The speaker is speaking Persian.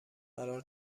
قرار